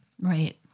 Right